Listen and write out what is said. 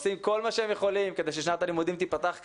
עושים כל מה שהם יכולים כדי ששנת הלימודים תיפתח כהלכה.